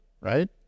right